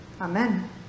Amen